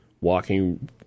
walking